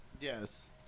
Yes